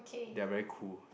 they are very cool